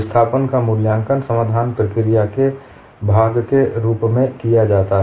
विस्थापन का मूल्यांकन समाधान प्रक्रिया के भाग के रूप में किया जाता है